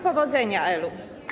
Powodzenia, Elu.